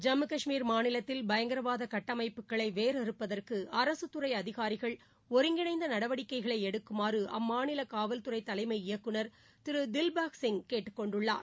ஜம்மு கஷ்மீர் மாநிலத்தில் பயங்கரவாத கட்டமைப்புகளை வேரறுப்பதற்கு அரசுத்துறை அதிகாரிகள் ஒருங்கிணைந்த நடவடிக்கைகளை எடுக்குமாறு அம்மாநில காவல்துறை தலைமை இயக்குநா் திரு தில் பாஹ் சிங் கேட்டுக் கொண்டுள்ளார்